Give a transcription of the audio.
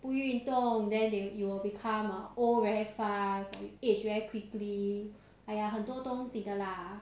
不运动 then they you will become uh old very fast or you age very quickly !aiya! 很多东西的啦